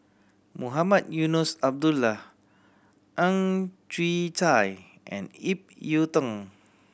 Mohamed Eunos Abdullah Ang Chwee Chai and Ip Yiu Tung